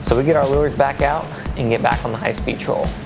so we get our lures back out and get back on the highspeed troll.